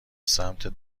سمت